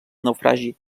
naufragi